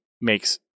makes